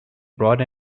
brought